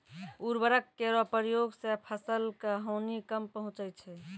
उर्वरक केरो प्रयोग सें फसल क हानि कम पहुँचै छै